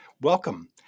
Welcome